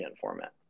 format